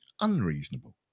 unreasonable